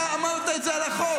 אתה אמרת את זה על החוק.